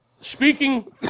Speaking